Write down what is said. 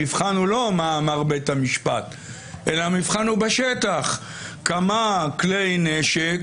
המבחן הוא לא מה אמר בית המשפט אלא המבחן הוא בשטח והוא כמה כלי נשק